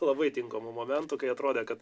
labai tinkamu momentu kai atrodė kad